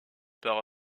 par